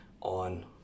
on